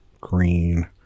Green